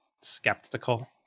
skeptical